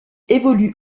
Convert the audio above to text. évolue